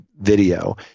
video